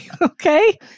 Okay